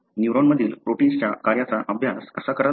न्यूरॉनमधील प्रोटिन्सच्या कार्याचा अभ्यास कसा कराल